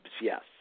Yes